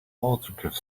autograph